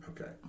Okay